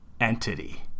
entity